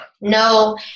No